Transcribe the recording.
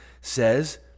says